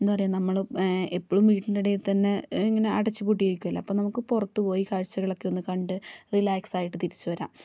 എന്താ പറയുക നമ്മൾ എപ്പോഴും വീടിൻ്റെ ഇടയിൽ തന്നെ ഇങ്ങനെ അടച്ചു പൂട്ടി ഇരിക്കുകയല്ലേ അപ്പോൾ നമുക്ക് പുറത്തുപോയി കാഴ്ചകളൊക്കെ ഒന്ന് കണ്ട് റിലാക്സായിട്ട് തിരിച്ചു വരാം